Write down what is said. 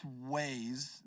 ways